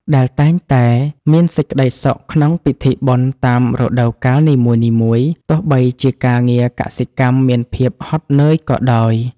ដែលតែងតែមានសេចក្តីសុខក្នុងពិធីបុណ្យតាមរដូវកាលនីមួយៗ ទោះបីជាការងារកសិកម្មមានភាពហត់នឿយក៏ដោយ។